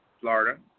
Florida